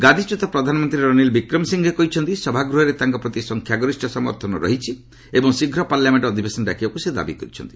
ଗାଦିଚ୍ୟୁତ ପ୍ରଧାନମନ୍ତ୍ରୀ ରନୀଲ ବିକ୍ରମସିଂଘେ କହିଛନ୍ତି ସଭାଗୃହରେ ତାଙ୍କ ପ୍ରତି ସଂଖ୍ୟାଗରିଷ୍ଠ ସମର୍ଥନ ରହିଛି ଏବଂ ଶୀଘ୍ର ପାର୍ଲାମେଣ୍ଟ ଅଧିବେଶନ ଡାକିବାକୁ ସେ ଦାବି କରିଛନ୍ତି